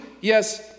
yes